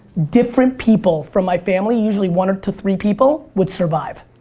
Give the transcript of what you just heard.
different people from my family, usually one to three people, would survive.